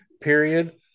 period